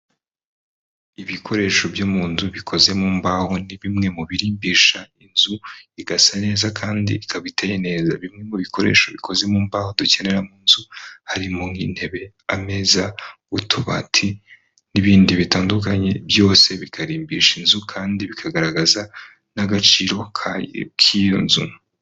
Ibikoresho byo mu nzu bikoze mu mbaho ni bimwe mu birimbisha inzu igasa neza kandi ikaba iteye neza, bimwe mu bikoresho bikoze mu mbahoho dukenera mu nzu, harimo nk'intebe, ameza, utubati n'ibindi bitandukanye byose bikarimbisha inzu kandi bikagaragaza n'agaciro k'iyo nzu.